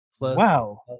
Wow